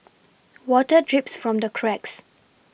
water drips from the cracks